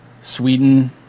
sweden